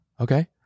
okay